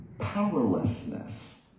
Powerlessness